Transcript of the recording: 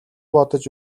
бодож